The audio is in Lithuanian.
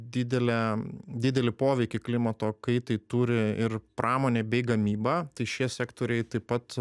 didelę didelį poveikį klimato kaitai turi ir pramonė bei gamyba tai šie sektoriai taip pat